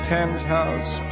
Penthouse